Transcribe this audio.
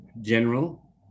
general